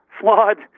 flawed